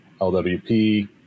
LWP